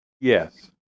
Yes